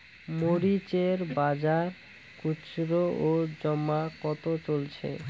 মরিচ এর বাজার খুচরো ও জমা কত চলছে?